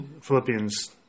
Philippians